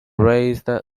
raised